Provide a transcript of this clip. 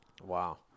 Wow